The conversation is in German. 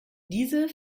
diese